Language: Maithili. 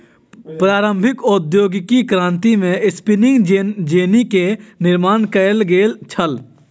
प्रारंभिक औद्योगिक क्रांति में स्पिनिंग जेनी के निर्माण कयल गेल छल